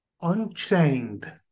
unchained